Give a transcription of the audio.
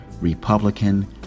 Republican